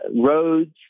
roads